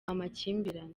amakimbirane